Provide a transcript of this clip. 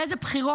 על איזה בחירות?